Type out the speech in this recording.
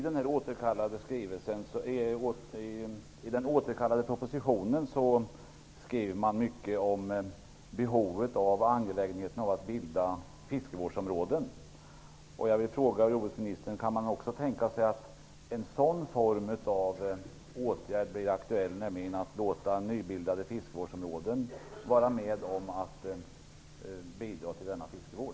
Herr talman! I den återkallade propositionen skriver regeringen mycket om behovet av och det angelägna i att bilda fiskevårdsområden. Kan man också tänka sig att en sådan form av åtgärd blir aktuell, nämligen att nybildade fiskevårdsområden får vara med och bidra till denna fiskevård?